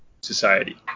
society